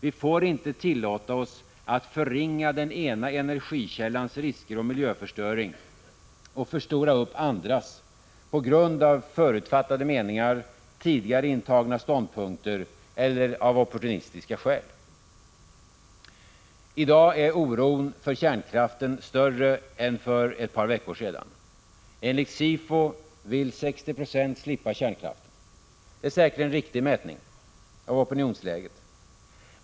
Vi får inte tillåta oss att förringa den ena energikällans risker och miljöförstöring och förstora upp andra energikällors verkningar härvidlag på grund av förutfattade meningar, tidigare intagna ståndpunkter eller av opportunistiska skäl. I dag är oron för kärnkraften större än för ett par veckor sedan. Enligt SIFO vill 60 2 slippa kärnkraften. Det är säkert en riktig mätning av opinionsläget.